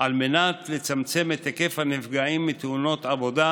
על מנת לצמצם את היקף הנפגעים מתאונות עבודה,